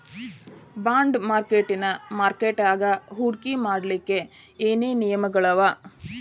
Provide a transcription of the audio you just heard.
Bond ಮಾರ್ಕೆಟಿನ್ ಮಾರ್ಕಟ್ಯಾಗ ಹೂಡ್ಕಿ ಮಾಡ್ಲೊಕ್ಕೆ ಏನೇನ್ ನಿಯಮಗಳವ?